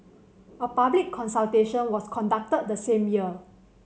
a public consultation was conducted the same year